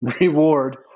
reward